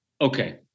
okay